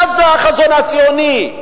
מה זה החזון הציוני,